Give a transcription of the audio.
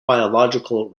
biological